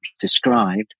described